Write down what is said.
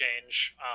change